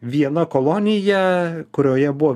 viena kolonija kurioje buvo